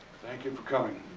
thank you for coming.